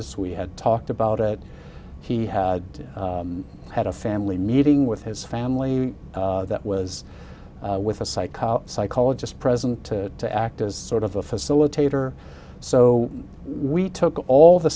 as we had talked about it he had had a family meeting with his family that was with a psycho psychologist present to act as sort of a facilitator so we took all the